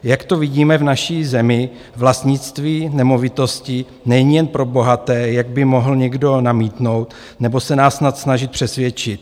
Jak vidíme v naší zemi, vlastnictví nemovitosti není jen pro bohaté, jak by mohl někdo namítnout nebo se nás snad snažit přesvědčit.